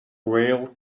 rail